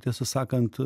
tiesą sakant